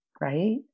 Right